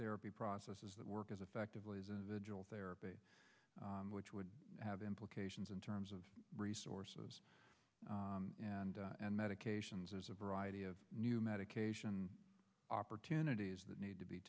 therapy processes that work as effectively as individual therapy which would have implications in terms of resources and medications as a variety of new medication opportunities that need to be